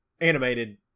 animated